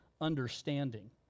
understanding